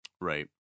Right